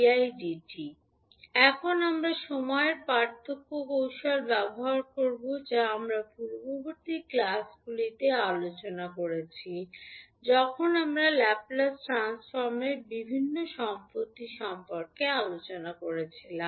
𝑑𝑡 এখন আমরা সময়ের পার্থক্য কৌশল ব্যবহার করব যা আমরা পূর্ববর্তী ক্লাসগুলিতে আলোচনা করেছি যখন আমরা ল্যাপ্লেস ট্রান্সফর্মের বিভিন্ন সম্পত্তি সম্পর্কে আলোচনা করছিলাম